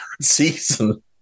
season